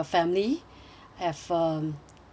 have uh